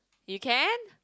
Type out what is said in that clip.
you can